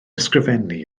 ysgrifennu